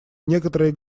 некоторые